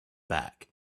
back